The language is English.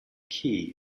key